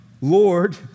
Lord